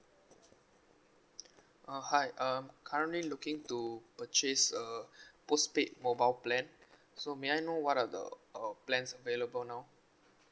uh hi I'm currently looking to purchase a postpaid mobile plan so may I know what are the uh plans available now